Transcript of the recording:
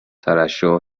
ترشح